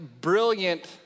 brilliant